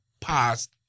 past